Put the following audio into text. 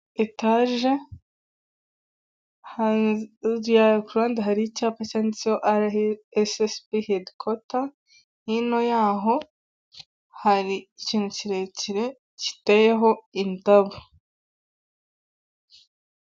Etaje kuruhande hari icyapa cyanditseho arayesesibi hedikota, hino yaho hari ikintu kirekire giteyeho indabo.